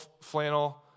flannel